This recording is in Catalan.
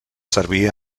servir